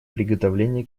приготовления